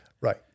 Right